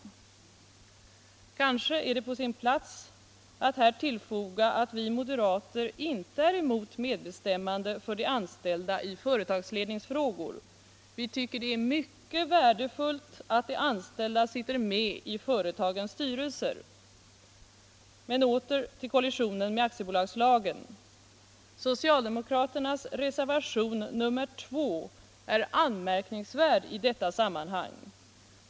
Kanske är det på sin plats att här tillfoga att vi moderater inte är emot medbestämmande för de anställda i företagsledningsfrågor. Vi tycker att det är mycket värdefullt att de anställda sitter med i företagens styrelser. Men åter till kollisionen med aktiebolagslagen! Socialdemokraternas reservation nr 2 är anmärkningsvärd i detta sammanhang.